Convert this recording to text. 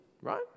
right